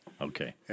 Okay